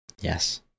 Yes